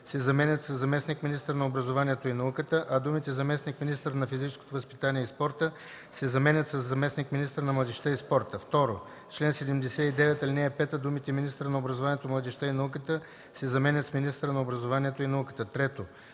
се заменят с „заместник-министър на образованието и науката”, а думите „заместник-министър на физическото възпитание и спорта” се заменят с „заместник-министъра на младежта и спорта”. 2. В чл. 79, ал. 5 думите „министъра на образованието, младежта и науката” се заменят с „министъра на образованието и науката”. 3.